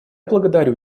благодарю